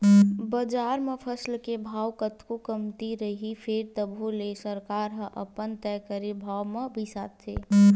बजार म फसल के भाव कतको कमती रइही फेर तभो ले सरकार ह अपन तय करे भाव म बिसाथे